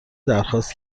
درخواست